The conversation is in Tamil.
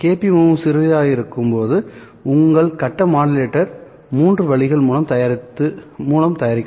kp மிகவும் சிறியதாக இருக்கும்போது உங்கள் கட்ட மாடுலேட்டர் மூன்று வழிகள் மூலம் தயாரிக்கலாம்